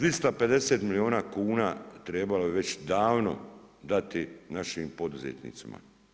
250 milijuna kuna trebalo je već davni dati našim poduzetnicima.